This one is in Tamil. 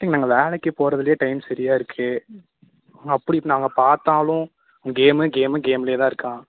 திங் நாங்கள் வேலைக்குப் போகறதுலே டைம் சரியாக இருக்கு அப்படி நாங்கள் பார்த்தாலும் கேமு கேமு கேம்ல தான் இருக்கான்